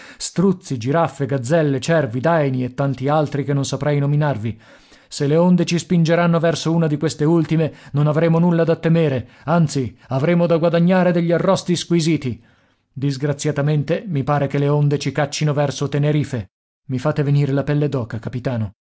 struzzi giraffe gazzelle cervi daini e tanti altri che non saprei nominarvi se le onde ci spingeranno verso una di queste ultime non avremo nulla da temere anzi avremo da guadagnare degli arrosti squisiti disgraziatamente mi pare che le onde ci caccino verso enerife i fate venire la pelle d'oca capitano